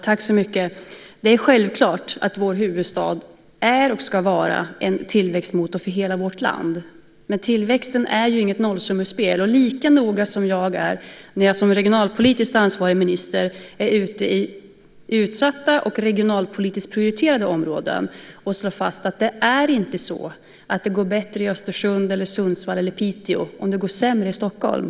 Herr talman! Det är självklart att vår huvudstad är och ska vara en tillväxtmotor för hela vårt land. Men tillväxten är inget nollsummespel. När jag som regionalpolitiskt ansvarig minister är ute i utsatta och regionalpolitiskt prioriterade områden är jag noga med att slå fast att det inte går bättre i Östersund, Sundsvall eller Piteå om det går sämre i Stockholm.